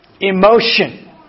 Emotion